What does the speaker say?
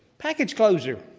package closure,